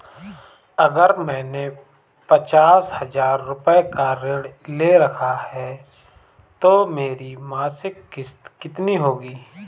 अगर मैंने पचास हज़ार रूपये का ऋण ले रखा है तो मेरी मासिक किश्त कितनी होगी?